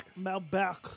Malbec